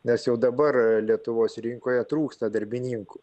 nes jau dabar lietuvos rinkoje trūksta darbininkų